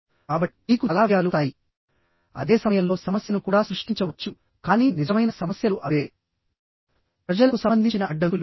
కాబట్టి మీకు చాలా విషయాలు వస్తాయి అదే సమయంలో సమస్యను కూడా సృష్టించవచ్చుకానీ నిజమైన సమస్యలు అవే ప్రజలకు సంబంధించిన అడ్డంకులు